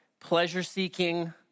pleasure-seeking